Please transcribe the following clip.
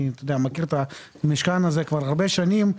אני מכיר את המשכן הזה כבר הרבה שנים.